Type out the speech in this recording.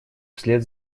вслед